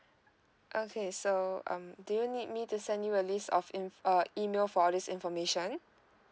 okay so um do you need me to send you a list of in~ uh email for all this information